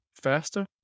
faster